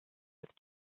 with